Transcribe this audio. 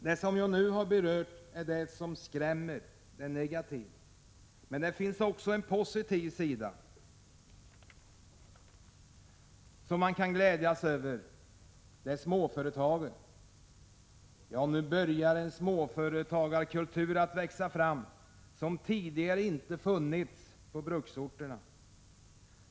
Det som jag nu har berört är det som skrämmer, det negativa, men det finns också en positiv sida som man kan glädjas över, och det är småföretagen. Ja, nu börjar en småföretagarkultur att växa fram som tidigare inte funnits på bruksorterna.